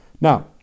Now